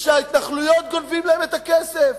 שאנשי ההתנחלויות גונבים להם את הכסף,